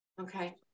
Okay